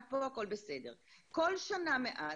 כל שנה מאז,